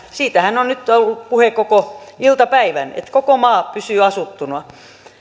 siitähän on nyt ollut puhe koko iltapäivän että koko maa pysyy asuttuna